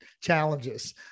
challenges